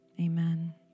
amen